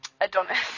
Adonis